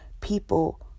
people